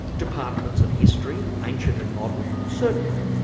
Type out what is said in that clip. departments of history, ancient and modern, certainly.